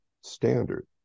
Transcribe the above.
standard